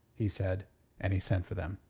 he said and he sent for them.